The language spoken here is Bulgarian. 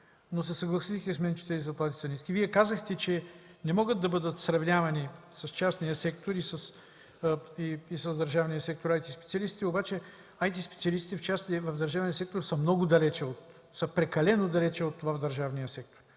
но се съгласихте с мен, че тези заплати са ниски. Вие казахте, че не могат да бъдат сравнявани с частния сектор и с държавния сектор IT специалистите, но IT специалистите в частния и в държавния сектор са много далече, прекалено далече от това в държавния сектор